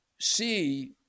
see